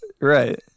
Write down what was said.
Right